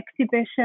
exhibition